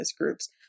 groups